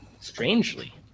Strangely